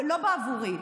לא בעבורי,